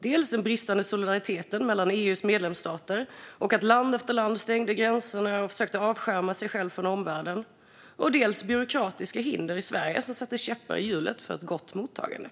Det handlade dels om den bristande solidariteten mellan EU:s medlemsstater och att land efter land stängde gränserna och försökte avskärma sig från omvärlden, dels om byråkratiska hinder i Sverige som satte käppar i hjulet för ett gott mottagande.